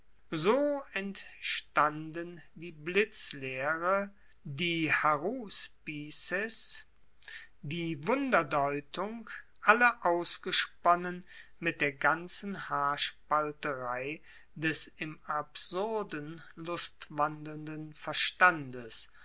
so entstanden die blitzlehre die haruspizes die wunderdeutung alle ausgesponnen mit der ganzen haarspalterei des im absurden lustwandelnden verstandes